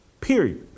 period